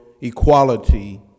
equality